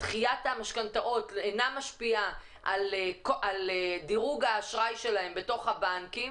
דחיית המשכנתאות אינה משפיעה על דירוג האשראי שלהם בתוך הבנקים,